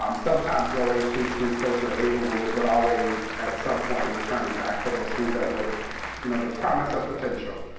um sometimes going to schools closer to inglewood, but always at some point returning back to those schools that were you know the promise of potential.